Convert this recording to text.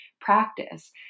practice